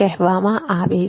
કહેવામાં આવે છે